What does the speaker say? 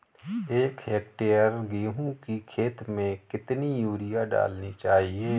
एक हेक्टेयर गेहूँ की खेत में कितनी यूरिया डालनी चाहिए?